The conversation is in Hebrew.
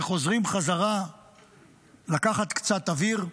וחוזרים חזרה לקחת קצת אוויר,